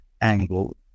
angle